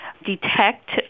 detect